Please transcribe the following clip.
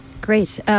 Great